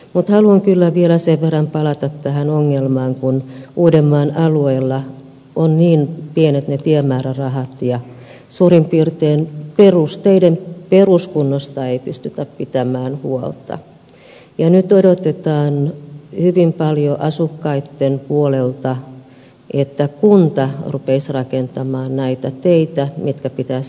mutta haluan kyllä vielä sen verran palata tähän ongelmaan kun uudenmaan alueella ovat niin pienet ne tiemäärärahat ja suurin piirtein perusteiden peruskunnosta ei pystytä pitämään huolta ja nyt odotetaan hyvin paljon asukkaitten puolelta että kunta rupeaisi rakentamaan näitä teitä mitkä pitäisi valtion rahoittaa